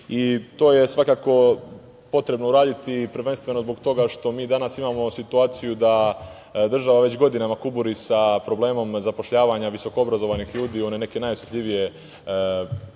je svakako potrebno uraditi prvenstveno zbog toga što mi danas imamo situaciju da država već godinama kuburi sa problemom zapošljavanja visokoobrazovanih ljudi u one neke najosetljivije delove